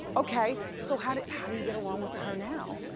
okay, so how do how do you get along with her now?